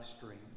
stream